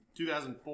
2004